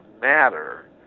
matter